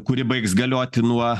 kuri baigs galioti nuo